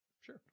sure